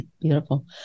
Beautiful